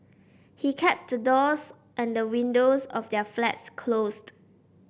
he kept the doors and windows of their flats closed